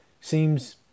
seems